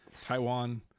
taiwan